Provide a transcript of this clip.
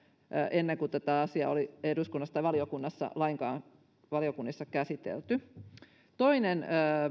ennen kuin tätä asiaa oli eduskunnassa valiokunnissa lainkaan käsitelty toinen